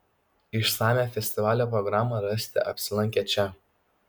išsamią festivalio programą rasite apsilankę čia